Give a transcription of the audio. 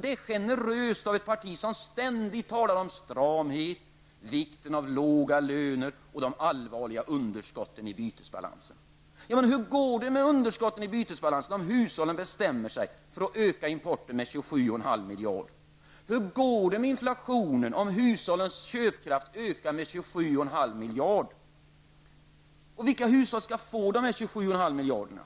Det är generöst av ett parti som ständigt talar om stramhet, vikten av låga löner och de allvarliga underskotten i bytesbalansen. Hur går det med underskotten i bytesbalansen om hushållen bestämmer sig för att öka importen med 27,5 miljarder. Hur går det med inflationen om hushållens köpkraft ökar med 27,5 miljarder? Vilka hushåll skall få dela på 27,5 miljarder?